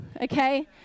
okay